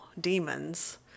demons